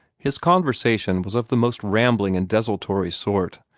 his conversation was of the most rambling and desultory sort,